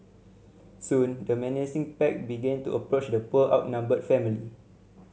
soon the menacing pack began to approach the poor outnumbered family